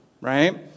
right